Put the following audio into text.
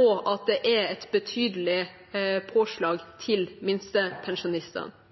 og at det er et betydelig påslag til minstepensjonistene.